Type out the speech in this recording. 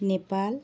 Nepal